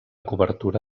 cobertura